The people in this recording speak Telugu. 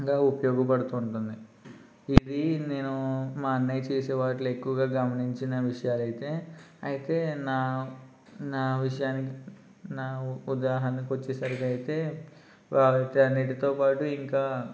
గా ఉపయోగపడుతూ ఉంటుంది ఇది నేను మా అన్నయ్య చేసేవాటిలో ఎక్కువగా గమనించిన విషయాలైతే అయితే నా నా విషయానికి నా ఉదాహరణకు వచ్చేసరికి అయితే వాటన్నిటితో పాటు ఇంకా